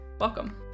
Welcome